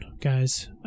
guys